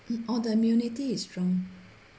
orh the immunity is strong